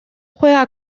juega